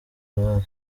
aurore